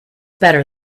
better